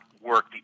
work